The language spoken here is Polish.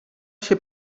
się